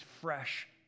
fresh